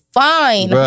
fine